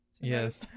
Yes